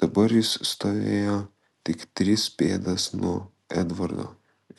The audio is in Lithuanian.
dabar jis stovėjo tik tris pėdas nuo edvardo